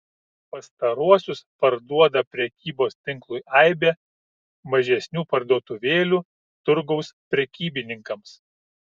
pastaruosius parduoda prekybos tinklui aibė mažesnių parduotuvėlių turgaus prekybininkams